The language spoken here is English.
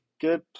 good